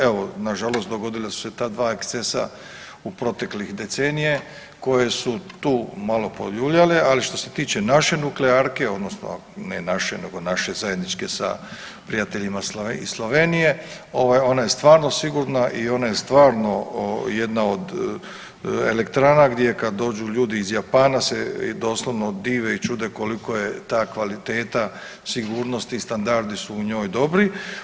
Evo nažalost dogodila su se ta dva ekscesa u proteklih decenije koje su tu malo poljuljale, ali što se tiče naše nuklearke, ne naše nego naše zajedničke sa prijateljima iz Slovenije, ona je stvarno sigurna i ona je stvarno jedna od elektrana gdje kad dođu ljudi iz Japana se doslovno dive i čude koliko je ta kvaliteta sigurnosti i standardi su u njoj dobri.